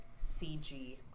CG